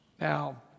Now